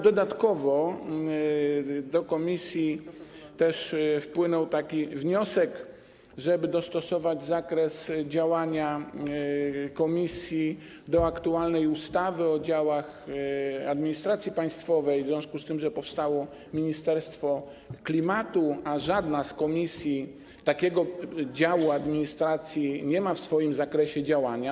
Dodatkowo do komisji wpłynął wniosek, żeby dostosować zakres działania komisji do aktualnej ustawy o działach administracji państwowej w związku z tym, że powstało Ministerstwo Klimatu, a żadna z komisji takiego działu administracji nie ma w swoim zakresie działania.